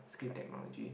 screen technology